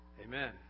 Amen